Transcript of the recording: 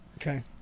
Okay